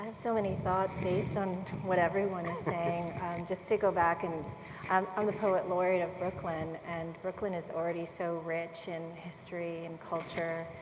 so many thoughts based on what everyone is saying. just to go back, and and i'm the port laureate a of brooklyn and brooklyn is so already so rich in history and culture.